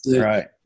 Right